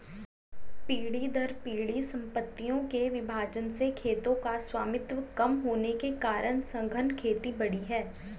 पीढ़ी दर पीढ़ी सम्पत्तियों के विभाजन से खेतों का स्वामित्व कम होने के कारण सघन खेती बढ़ी है